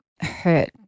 hurt